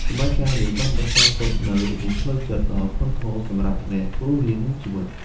សម័យកាលនេះបានបន្សល់ទុកនូវរបួសផ្លូវចិត្ត ដ៏ធ្ងន់ធ្ងរសម្រាប់អ្នករស់រានមានជីវិត។